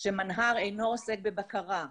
שמנה"ר אינו עוסק בבקרה.